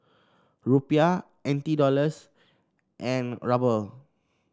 Rupiah N T Dollars and Ruble